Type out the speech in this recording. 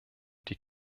die